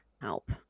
help